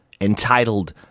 entitled